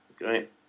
Right